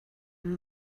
amb